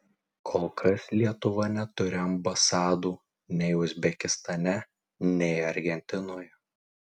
kol kas lietuva neturi ambasadų nei uzbekistane nei argentinoje